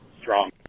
strong